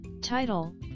title